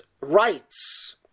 rights